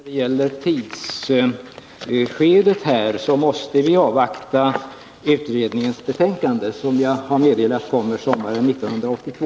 Herr talman! När det gäller tidpunkten för ett beslut vill jag säga att vi måste avvakta utredningens betänkande. Som jag har meddelat kommer det sommaren 1982.